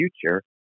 future